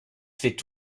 fait